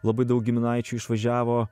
labai daug giminaičių išvažiavo